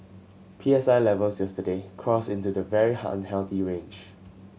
P S I levels yesterday crossed into the very unhealthy range